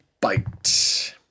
bite